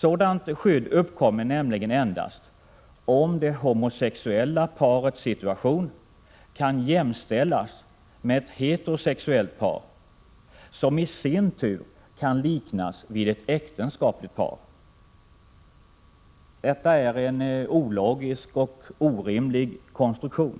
Sådant skydd uppkommer nämligen endast om det homosexuella parets situation kan jämställas med ett heterosexuellt par, som i sin tur kan liknas vid ett äktenskapligt par. Detta är en ologisk och orimlig konstruktion.